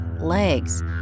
legs